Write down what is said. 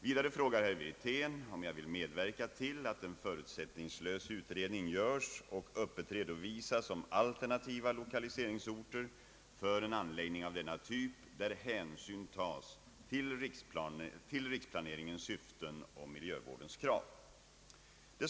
Vidare frågar herr Wirtén om jag vill medverka till att en förutsättningslös utredning görs och öppet redovisas om alternativa lokaliseringsorter för en anläggning av denna typ, där hänsyn tas till riksplaneringens syften och miljövårdens krav.